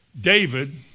David